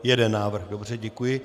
Jeden návrh, dobře, děkuji.